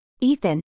Ethan